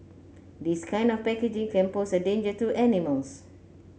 this kind of packaging can pose a danger to animals